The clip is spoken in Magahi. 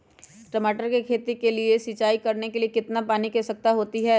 टमाटर की खेती के लिए सिंचाई करने के लिए कितने पानी की आवश्यकता होती है?